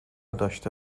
داشته